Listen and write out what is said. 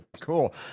cool